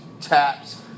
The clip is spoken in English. taps